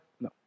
No